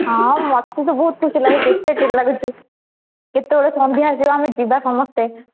ହଁ ମୋତେ ତ ବହୁତ ଖୁସି ଲାଗୁଛି ଏକ୍ସାଇଟେଡ଼୍ ଲାଗୁଛି କେତେବେଳେ ସନ୍ଧ୍ୟା ଆସିବା ଆମେ ଯିବା ସମସ୍ତେ